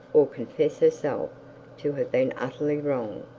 or confess herself to have been utterly wrong,